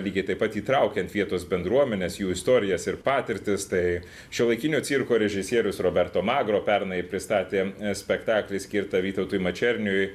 lygiai taip pat įtraukiant vietos bendruomenes jų istorijas ir patirtis tai šiuolaikinio cirko režisierius roberto magro pernai pristatė spektaklį skirtą vytautui mačerniui